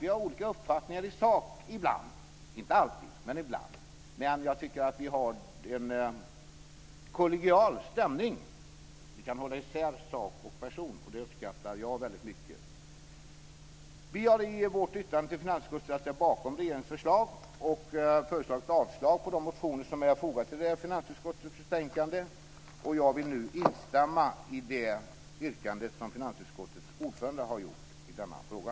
Vi har olika uppfattningar i sak ibland, inte alltid, men jag tycker att vi har en kollegial stämning. Vi kan hålla isär sak och person, och det uppskattar jag väldigt mycket. Vi har i vårt yttrande till finansutskottet ställt oss bakom regeringens förslag och föreslagit avslag på de motioner som är fogade till finansutskottets betänkande 1, och jag vill nu instämma i det yrkande som finansutskottets ordförande har gjort i denna fråga.